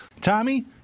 Tommy